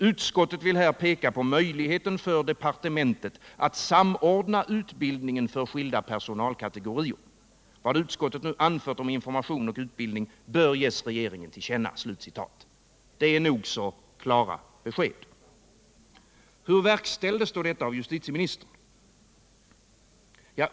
Utskottet vill här peka på möjligheten för departementet att samordna utbildningen för skilda personalkategorier. Vad utskottet nu anfört om information och utbildning bör ges regeringen till känna.” — Det är nog så klara besked. Hur verkställdes då detta av justitieministern?